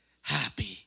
happy